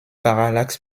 parallax